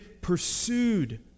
pursued